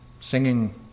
singing